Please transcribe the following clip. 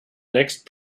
next